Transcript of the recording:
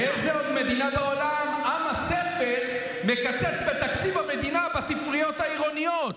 באיזו עוד מדינה בעולם עם הספר מקצץ בתקציב המדינה לספריות העירוניות?